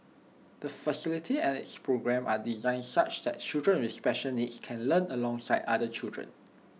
the facility and its programme are designed such that children with special needs can learn alongside other children